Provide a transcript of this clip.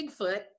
Bigfoot